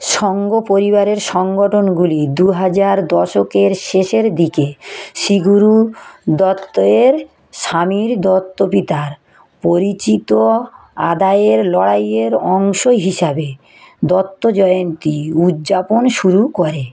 সংগো পরিবারের সংগঠনগুলি দু হাজার দশকের শেষের দিকে শী গুরু দত্তয়ের স্বামীর দত্তপিতার পরিচিত আদায়ের লড়াইয়ের অংশ হিসাবে দত্ত জয়েন্তী উদযাপন শুরু করে